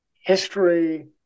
history